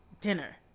dinner